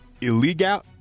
illegal